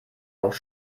auch